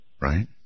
Right